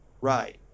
Right